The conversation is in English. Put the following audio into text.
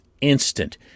instant